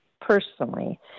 personally